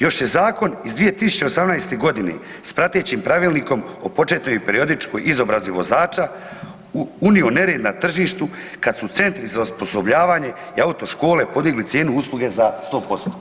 Još je zakon iz 2018.g. s pratećim pravilnikom o početnoj periodičkoj izobrazbi vozača unio nered na tržištu kad su centri za osposobljavanje i autoškole podigli cijenu usluge za 100%